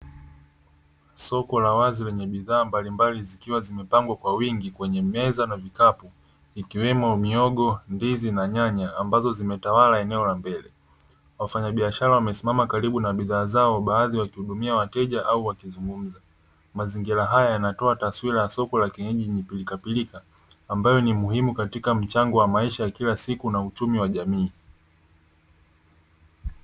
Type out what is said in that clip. Soko la wazi lenye bidhaa mbalimbali zikiwa zimepangwa kwa wingi kwenye meza na vikapu, ikiwemo mihogo, ndizi na nyanya ambazo zimetawala eneo la mbele. Wafanya biashara wamesimama karibu na bidhaa zao baadhi wakihudumia wateja au wakizungumza. Mazingira haya yanatoa taswira ya soko la kijijini lenye pilika pilika ambalo ni muhimu katika mchango wa maisha ya kila siku na uchumi wa jamii.